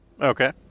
Okay